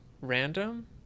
random